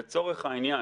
לצורך העניין,